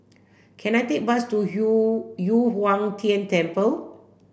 can I take a bus to Yu Yu Huang Tian Temple